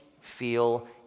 feel